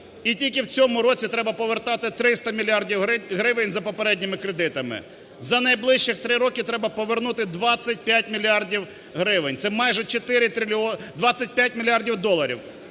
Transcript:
і тільки в цьому році треба повертати 300 мільярдів гривень за попередніми кредитами. За найближчих 3 роки треба повернути 25 мільярдів гривень, це майже 4… 25 мільярдів доларів,